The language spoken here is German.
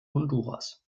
honduras